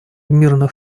мирных